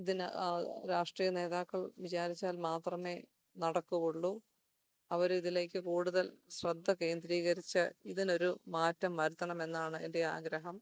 ഇതിന് രാഷ്ട്രീയ നേതാക്കൾ വിചാരിച്ചാൽ മാത്രമേ നടക്കുവുള്ളൂ അവർ ഇതിലേക്ക് കൂടുതൽ ശ്രദ്ധ കേന്ദ്രീകരിച്ച് ഇതിനൊരു മാറ്റം വരുത്തണമെന്നാണ് എൻ്റെ ആഗ്രഹം